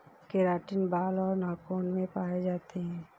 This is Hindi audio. केराटिन बाल और नाखून में पाए जाते हैं